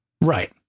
Right